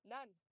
None